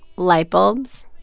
lightbulbs,